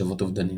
מחשבות אובדניות.